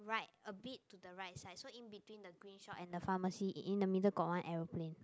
right a bit to the right side so in between the green shop and the pharmacy in the middle got one aeroplane